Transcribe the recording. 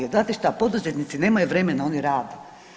Jer znate šta, poduzetnici nemaju vremena, oni rade.